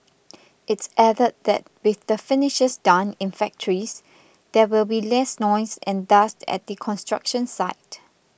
it's added that with the finishes done in factories there will be less noise and dust at the construction site